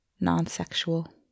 non-sexual